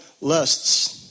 lusts